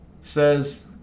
says